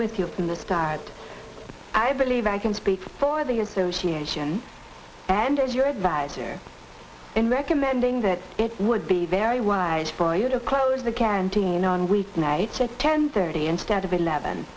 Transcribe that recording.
with us from the start i believe i can speak for the association and as your adviser in recommending that it would be very wise for you to close the canteen on weeknights at ten thirty instead of eleven